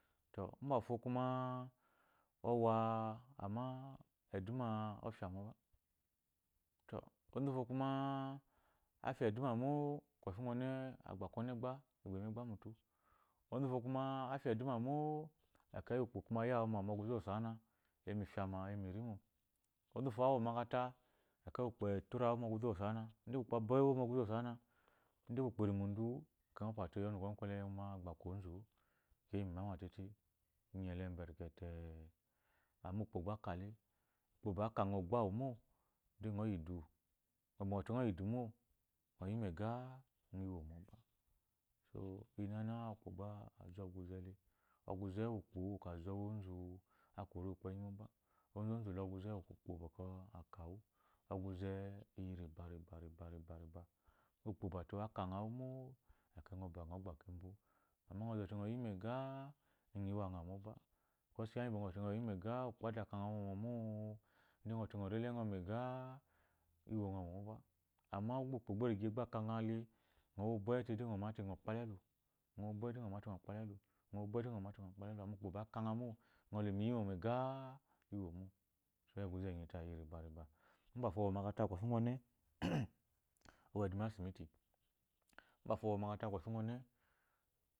To mbafo kuma owa amma eduma ofya mo ba to onzu wufo ku ma afya eduma onene akun onegba aku mu egba mutu onzu wufo kuma afya eduma mo ukpo kuma ayawu ma mu ɔguze uwu osaana eyimu ifyama eyi mu irimu onzawufo awa omakata ekeyi ukpo ataru mu ɔguze uwu osaan onzu uwu ukpo bowu ewo mu ogunze uwu osaan ekeyi ukpo ari mu udu-u ngɔ pusate ɔnu kɔnyi kwɔle uwuma agba aku onzuo keyi mu imama tete inyele mberikete amma ukpa gba akah le ukpa akangha ogbo awu mo ekeyi ngɔ yi edu ngɔ te ngɔ idu mo ekeyi ngɔ yi megha iwomo ba so lyina lyina ukpo gba azo wu onzu zu la oguze uwu bɔkɔ ukpo akah wu ɔguze iyi riba riba riba uwu ukpo ba ate akah wumo ekeyi ba ngo gba kemo amma ngɔ zote ngɔ yi megha iwaangha mo cos kiya ki bɔkɔ ngɔ zote ngɔ yi megah ukpo ada akangha mɔmɔ mo ngɔ ba ngɔ ri mrgah iwongbɔ moba amma ukpo gba irige ba aka ogha lee ngɔ bwede ngɔ mate ngɔ kpala elu ngɔ bwede ngɔ mate ngɔ kapa alu amma ukpa ba aka mo ngɔ lo miyi mo megah iwo mo ɔguze enyi tayi iyi. riba riba mbafo owa oma kata kofi ogwu one owo eduma iyi asi biti mbafo owa omakarata mu kɔfi one